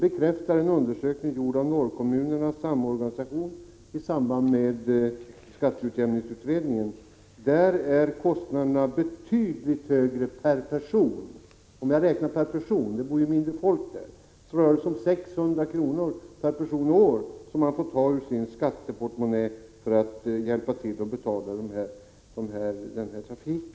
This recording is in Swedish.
En undersökning gjord av Norrkommunernas samorganisation i samband med skatteutjämningsutredningen bekräftar att kostnaderna i Norrlands glesbygder är betydligt högre per person — det bor ju mindre folk där. Det rör sig om 600 kr. per person och år som de får ta ur sin skatteportmonnä för att hjälpa till att betala denna trafik.